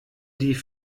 die